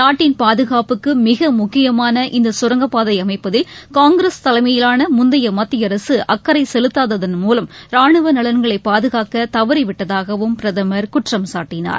நாட்டின் பாதுகாப்புக்கு மிக முக்கியமான இந்த சுரங்கப்பாதை அமைப்பதில் காங்கிரஸ் தலைமையிலான முந்தைய மத்திய அரசு அக்கறை செலுத்தாதன் மூலம் ரானுவ நலன்களை பாதுகாக்க தவறி விட்டதாகவும் பிரதமர் குற்றம் சாட்டினார்